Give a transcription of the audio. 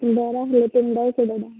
ବରା ହେଲେ ତିନିଟାକୁ କୋଡ଼ିଏ ଟଙ୍କା